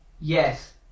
Yes